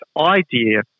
idea